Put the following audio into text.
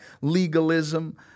legalism